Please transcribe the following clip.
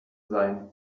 sein